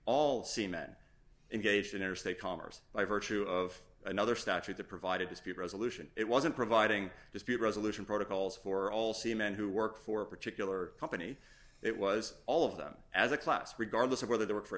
men engaged in interstate commerce by virtue of another statute that provided dispute resolution it wasn't providing dispute resolution protocols for all see men who work for a particular company it was all of them as a class regardless of whether they work for a